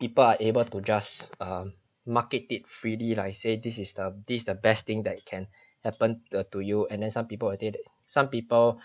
people are able to just um market it freely like say this is the this is the best thing that can happen to you and then some people are dead some people